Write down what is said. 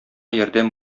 ярдәм